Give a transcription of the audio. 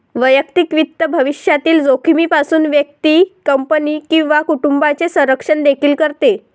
वैयक्तिक वित्त भविष्यातील जोखमीपासून व्यक्ती, कंपनी किंवा कुटुंबाचे संरक्षण देखील करते